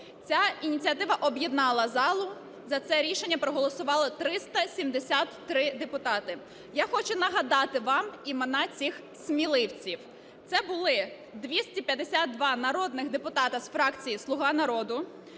Ця ініціатива об'єднала залу, за це рішення проголосувало 373 депутати. Я хочу нагадати вам імена цих сміливців. Це були 252 народних депутати з фракції "Слуга народу",